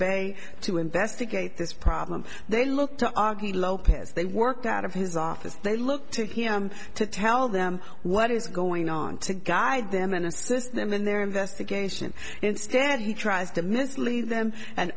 bay to investigate this problem they look to auggie lopez they work out of his office they look to him to tell them what is going on to guide them and assist them in their investigation instead he tries to mislead them and